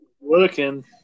looking